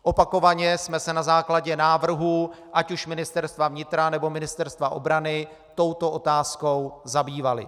Opakovaně jsme se na základě návrhu ať už Ministerstva vnitra, nebo Ministerstva obrany touto otázkou zabývali.